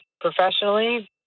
professionally